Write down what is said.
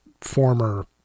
former